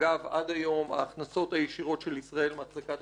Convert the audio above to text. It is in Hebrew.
עד היום ההכנסות הישירות של ישראל מאחזרת השטחים